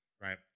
Right